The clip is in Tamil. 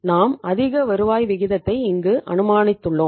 நாம் அதிக வருவாய் விகிதத்தை இங்கு அனுமானித்துள்ளோம்